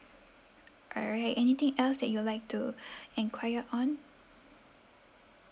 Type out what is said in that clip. alright anything else that you'd like to enquire on